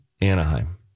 Anaheim